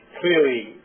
clearly